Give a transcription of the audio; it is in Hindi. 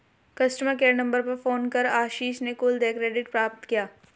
कस्टमर केयर नंबर पर फोन कर आशीष ने कुल देय क्रेडिट प्राप्त किया